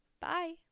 Bye